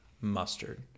mustard